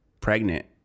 pregnant